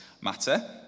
matter